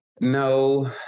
No